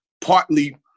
partly